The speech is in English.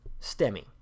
STEMI